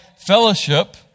fellowship